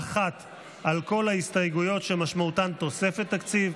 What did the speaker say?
אחת על כל ההסתייגויות שמשמעותן תוספת תקציב.